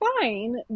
fine